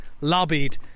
Lobbied